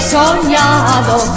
soñado